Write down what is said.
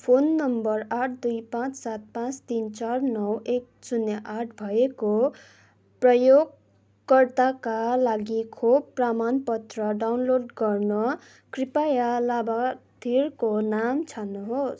phone number आठ दुई पाँच सात पाँच तिन चार नौ एक शून्य आठ भएको प्रयोगकर्ताका लागि खोप प्रमाणपत्र डाउनलोड गर्न कृपया लाभार्थीको नाम छान्नुहोस्